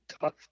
tough